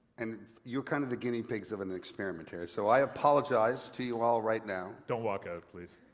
and you're kind of the guinea pigs of an experiment here, so i apologize to you all right now. don't walk out, please.